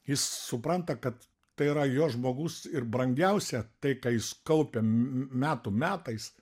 jis supranta kad tai yra jo žmogus ir brangiausia tai ką jis kaupė metų metais